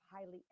highly